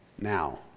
now